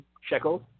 shekels